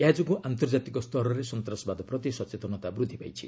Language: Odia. ଏହାଯୋଗୁଁ ଆନ୍ତର୍ଜାତିକ ସ୍ତରରେ ସନ୍ତାସବାଦ ପ୍ରତି ସଚେତନତା ବୃଦ୍ଧି ପାଇଛି